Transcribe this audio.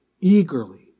eagerly